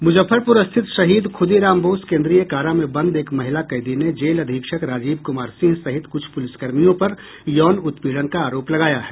मुजफ्फरपुर स्थित शहीद खुदीराम बोस केंद्रीय कारा में बंद एक महिला कैदी ने जेल अधीक्षक राजीव कुमार सिंह सहित कुछ पुलिस कर्मियों पर यौन उत्पीड़न का आरोप लगाया है